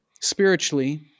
spiritually